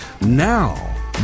Now